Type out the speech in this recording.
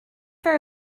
very